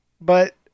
But-